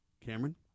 Cameron